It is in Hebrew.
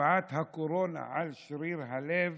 השפעת הקורונה על שריר הלב